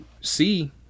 see